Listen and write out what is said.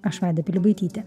aš vaida pilibaitytė